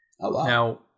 now